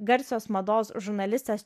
garsios mados žurnalistės